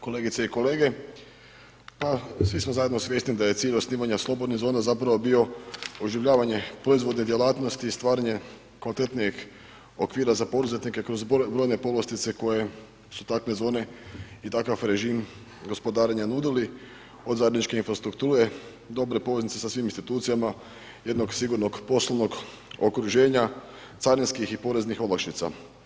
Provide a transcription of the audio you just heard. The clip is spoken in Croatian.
Kolegice i kolege, pa svi smo zajedno svjesni da je cilj osnivanja slobodnih zona zapravo bilo oživljavanje proizvodne djelatnosti i stvaranje kvalitetnijeg okvira za poduzetnike kroz brojne povlastice koje su takve zone i takav režim gospodarenja nudili od zajedničke infrastrukture, dobre poveznice sa svim institucijama jednog sigurnog poslovnog okruženja carinskih i poreznih olakšica.